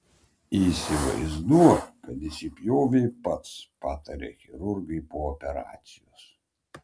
įsivaizduok kad įsipjovei pats pataria chirurgai po operacijos